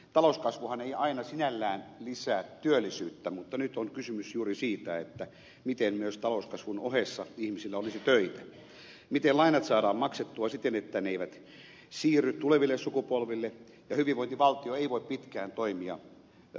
talouskasvuhan ei aina sinällään lisää työllisyyttä mutta nyt on kysymys juuri siitä miten myös talouskasvun ohessa ihmisillä olisi töitä miten lainat saadaan maksettua siten että ne eivät siirry tuleville sukupolville ja hyvinvointivaltio ei voi pitkään toimia lainarahalla